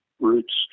routes